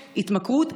התמכרות,